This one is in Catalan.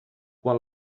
quan